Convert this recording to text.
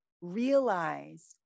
realize